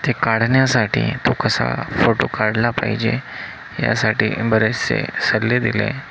ते काढण्यासाठी तो कसा फोटो काढला पाहिजे यासाठी बरेचसे सल्ले दिले